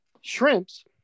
shrimps